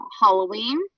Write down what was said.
Halloween